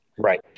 Right